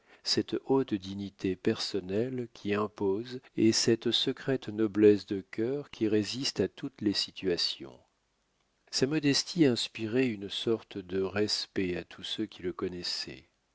cette haute dignité personnelle qui impose et cette secrète noblesse de cœur qui résiste à toutes les situations sa modestie inspirait une sorte de respect à tous ceux qui le connaissaient